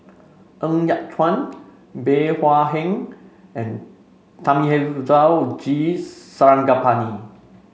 Ng Yat Chuan Bey Hua Heng and Thamizhavel G Sarangapani